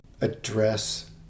address